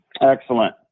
Excellent